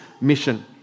mission